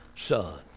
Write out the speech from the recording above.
son